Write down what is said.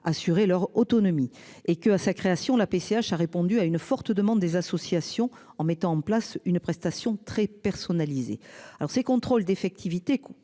leur autonomie et que, à sa création la PCH a répondu à une forte demande des associations en mettant en place une prestation très personnalisé. Alors ces contrôles d'effectivité confiée